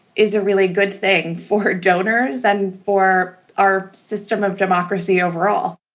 is a really good thing for donors and for our system of democracy overall,